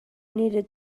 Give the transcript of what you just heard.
needed